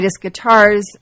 guitars